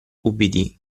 ubbidì